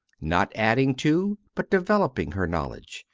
not adding to but developing her knowledge,